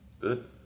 Good